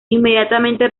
inmediatamente